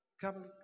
Come